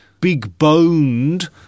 big-boned